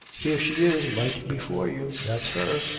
here she is, right before you. that's her.